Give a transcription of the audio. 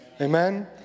Amen